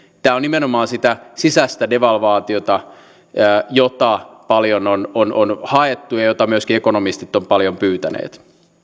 tämä on nimenomaan sitä sisäistä devalvaatiota jota paljon on on haettu ja jota myöskin ekonomistit ovat paljon pyytäneet